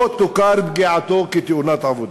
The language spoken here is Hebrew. לא תוכר פגיעתו כתאונת עבודה.